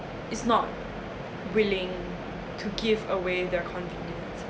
is not willing to give away their convenience